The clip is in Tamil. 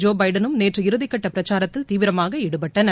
ஜோ பிடனும் நேற்று இறுதிக்கட்ட பிரச்சாரத்தில் தீவிரமாக ஈடுபட்டனர்